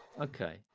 okay